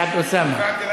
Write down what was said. אני כבר לא יכולה לחכות.